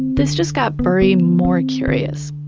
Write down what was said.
this just got burry more curious.